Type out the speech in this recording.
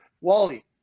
Wally